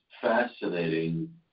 fascinating